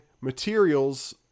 materials